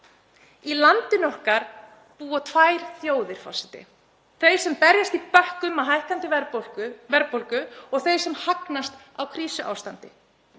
Í landinu okkar búa tvær þjóðir, forseti; þau sem berjast í bökkum í hækkandi verðbólgu og þau sem hagnast á krísuástandi.